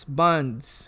bonds